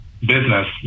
business